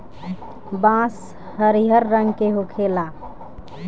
बांस हरियर रंग के होखेला